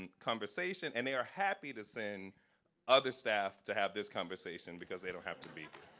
and conversation, and they are happy to send other staff to have this conversation because they don't have to be